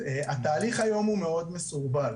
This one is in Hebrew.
התהליך היום הוא מאוד מסורבל,